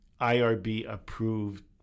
IRB-approved